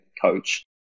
coach